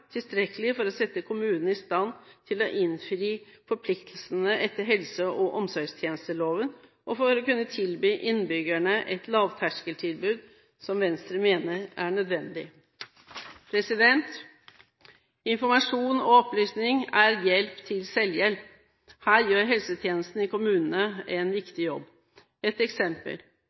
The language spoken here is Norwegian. tilstrekkelig for å sette kommunene i stand til å innfri forpliktelsene etter helse- og omsorgstjenesteloven, og for å kunne tilby innbyggerne et lavterskeltilbud, som Venstre mener er nødvendig. Informasjon og opplysning er hjelp til selvhjelp. Her gjør helsetjenesten i kommunene en viktig jobb. Ett eksempel: